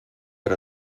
per